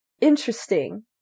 interesting